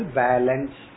balance